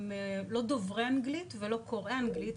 הם לא דוברי אנגלית ולא קוראי אנגלית,